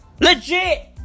Legit